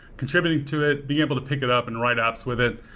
contributing to it, being able to pick it up and write apps with it.